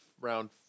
round